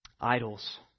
idols